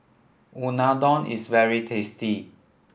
Unadon is very tasty